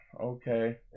okay